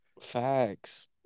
Facts